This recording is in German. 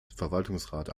verwaltungsrat